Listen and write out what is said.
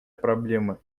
проблема